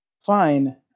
Fine